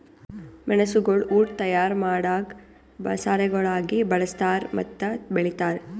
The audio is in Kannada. ಮೆಣಸುಗೊಳ್ ಉಟ್ ತೈಯಾರ್ ಮಾಡಾಗ್ ಮಸಾಲೆಗೊಳಾಗಿ ಬಳ್ಸತಾರ್ ಮತ್ತ ಬೆಳಿತಾರ್